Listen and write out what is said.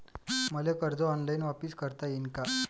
मले कर्ज ऑनलाईन वापिस करता येईन का?